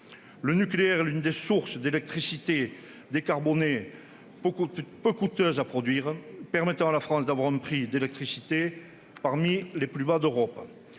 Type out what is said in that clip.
Le nucléaire est l'une des sources d'électricité décarbonée peu coûteuse à produire, permettant à la France d'avoir un prix de l'électricité parmi les plus bas d'Europe.